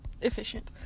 efficient